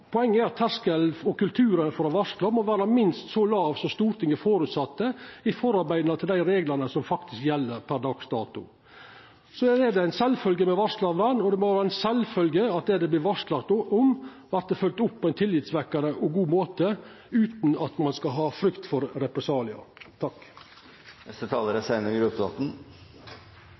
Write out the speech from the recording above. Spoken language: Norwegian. Poenget er at terskelen – og kulturen – for å varsla må vera minst så låg som Stortinget føresette i forarbeida til dei reglane som faktisk gjeld per dags dato. Det er ei sjølvfølgje med varslarvern, og det må vera ei sjølvfølgje at det det vert varsla om, vert følgd opp på ein tillitvekkjande og god måte, utan at ein skal ha frykt for represaliar.